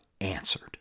answered